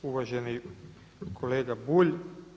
Uvaženi kolega Bulj.